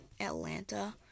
Atlanta